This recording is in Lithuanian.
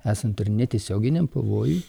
esant ir netiesioginiam pavojui